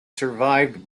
survived